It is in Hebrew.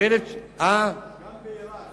גם בעירק.